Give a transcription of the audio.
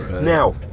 Now